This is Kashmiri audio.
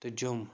تہٕ جوٚم